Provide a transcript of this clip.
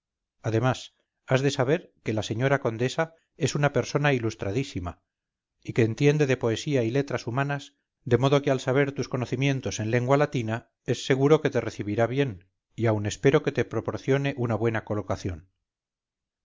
además has de saber que la señora condesa es una persona ilustradísima y que entiende de poesía y letras humanas de modo que al saber tus conocimientos en la lengua latina es seguro que te recibirá bien y aun espero que te proporcione una buena colocación